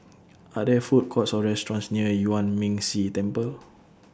Are There Food Courts Or restaurants near Yuan Ming Si Temple